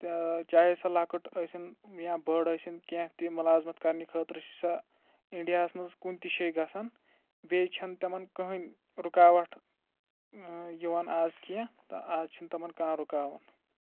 تہٕ چاہے سَہ لَکٕٹ ٲسِن یا بٔڑ ٲسِن کیٚنٛہہ تہِ مُلازمَت کَرنہٕ خٲطرٕ چھِ سَہ اِنڈیاہَس منٛز کُنہِ تہِ شیٚیہِ گژھان بیٚیہِ چھَنہٕ تِمَن کٕہٕنۍ رُکاوَٹھ یِوَان آز کیٚنٛہہ تہٕ آز چھِنہٕ تِمَن کانٛہہ رُکاوَان